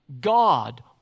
God